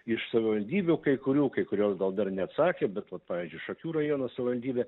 iš savivaldybių kai kurių kai kurios gal dar neatsakė bet vat pavyzdžiui šakių rajono savaldybė